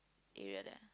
area there